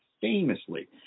famously